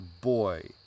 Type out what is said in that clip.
boy